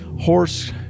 horse